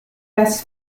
das